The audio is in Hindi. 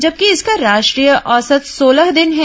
जबकि इसका राष्ट्रीय औसत सोलह दिन है